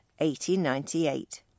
1898